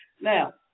Now